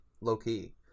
Low-key